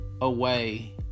away